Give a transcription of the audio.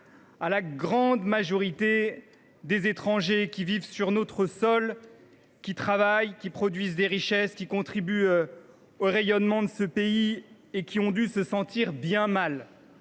à la grande majorité des étrangers qui vivent sur notre sol, qui travaillent, qui produisent des richesses, qui contribuent au rayonnement de notre pays et qui ont dû se sentir bien mal